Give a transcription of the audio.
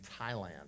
Thailand